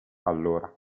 allora